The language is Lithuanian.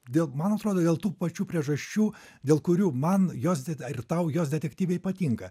dėl man atrodo dėl tų pačių priežasčių dėl kurių man jos deta ir tau jos detektyvai patinka